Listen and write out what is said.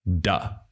duh